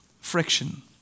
friction